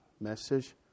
message